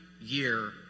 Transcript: year